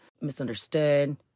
Misunderstood